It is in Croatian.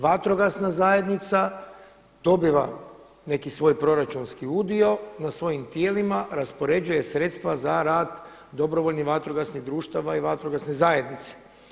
Vatrogasna zajednica dobiva neki svoj proračunski udio na svojim tijelima, raspoređuje sredstva za rad dobrovoljnih vatrogasnih društava i vatrogasne zajednice.